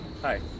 Hi